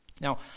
Now